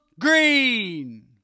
Green